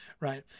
right